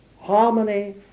harmony